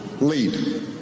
lead